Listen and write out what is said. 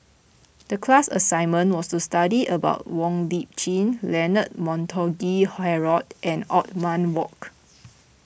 the class assignment was to study about Wong Lip Chin Leonard Montague Harrod and Othman Wok